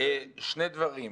שני דברים.